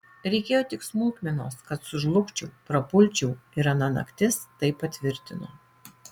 reikėjo tik smulkmenos kad sužlugčiau prapulčiau ir ana naktis tai patvirtino